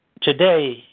today